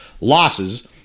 losses